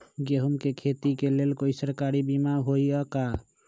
गेंहू के खेती के लेल कोइ सरकारी बीमा होईअ का?